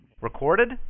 Recorded